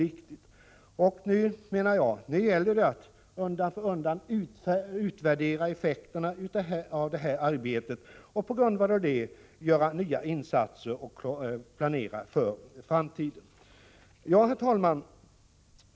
Det gäller nu att undan för undan utvärdera effekterna av detta arbete och på grundval av det göra nya insatser och planera för framtiden. Herr talman!